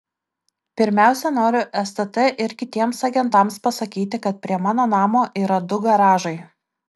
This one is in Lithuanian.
pirmiausia noriu stt ir kitiems agentams pasakyti kad prie mano namo yra du garažai